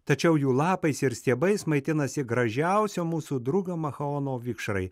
tačiau jų lapais ir stiebais maitinasi gražiausio mūsų drugio machaono vikšrai